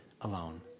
alone